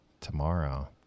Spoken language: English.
tomorrow